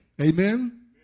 Amen